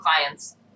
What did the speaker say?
clients